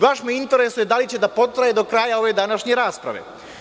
Baš me interesuje da li će da potraje do kraja ove današnje rasprave.